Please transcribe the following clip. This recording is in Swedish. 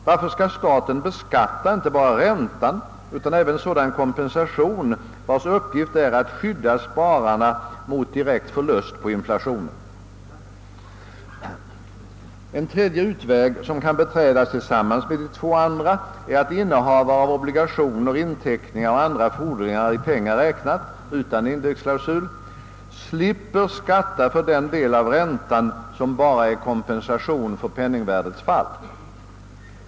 Varför skall staten beskatta inte bara räntan utan även sådan kompensation, vars uppgift är att skydda spararna mot direkt förlust på inflationen? En tredje utväg som kan beträdas tillsammans med de två andra är att innehavare av obligationer, inteckningar och andra fordringar i pengar räknat, utan indexklasul, slipper skatta för den del av räntan som bara utgör kompensation för penningvärdets fall.